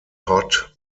hot